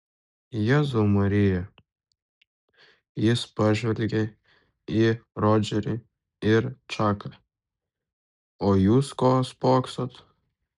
jėzau marija jis pažvelgė į rodžerį ir čaką o jūs ko spoksot